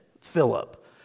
Philip